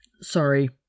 Sorry